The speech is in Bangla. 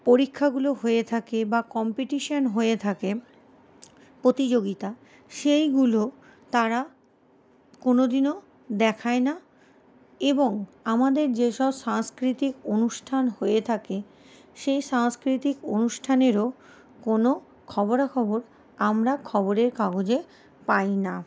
পরীক্ষাগুলো হয়ে থাকে বা কম্পিটিশান হয়ে থাকে প্রতিযোগিতা সেইগুলো তারা কোনদিনও দেখায় না এবং আমাদের যে সব সাংস্কৃতিক অনুষ্ঠান হয়ে থাকে সেই সাংস্কৃতিক অনুষ্ঠানেরও কোনো খবরাখবর আমরা খবরের কাগজে পাই না